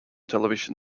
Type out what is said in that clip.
television